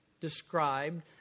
described